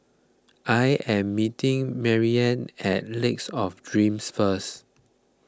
I am meeting Marianne at Lakes of Dreams first